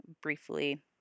briefly